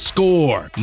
Score